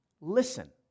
Listen